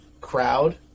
crowd